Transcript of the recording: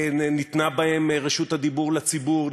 שניתנה בהם רשות הדיבור לציבור,